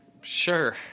Sure